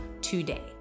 today